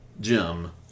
Jim